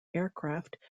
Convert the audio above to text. aircraft